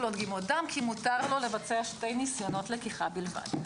לו דגימות דם כי מותר לו לבצע שני ניסיונות לקיחה בלבד.